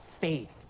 faith